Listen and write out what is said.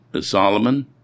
Solomon